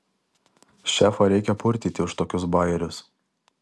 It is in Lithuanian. šefą reikia purtyti už tokius bajerius